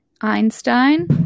Einstein